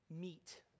meet